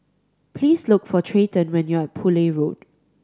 please look for Treyton when you are Poole Road